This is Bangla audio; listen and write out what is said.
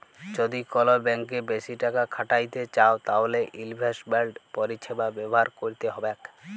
যদি কল ব্যাংকে বেশি টাকা খ্যাটাইতে চাউ তাইলে ইলভেস্টমেল্ট পরিছেবা ব্যাভার ক্যইরতে হ্যবেক